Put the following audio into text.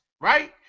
right